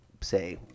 say